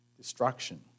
destruction